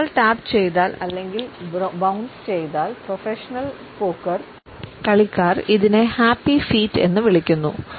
പാദങ്ങൾ ടാപ്പുചെയ്യൽ എന്ന് വിളിക്കുന്നു